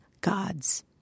gods